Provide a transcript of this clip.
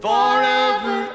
Forever